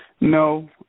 No